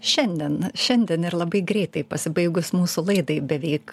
šiandien šiandien ir labai greitai pasibaigus mūsų laidai beveik